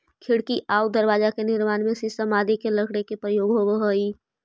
खिड़की आउ दरवाजा के निर्माण में शीशम आदि के लकड़ी के प्रयोग होवऽ हइ